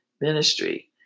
ministry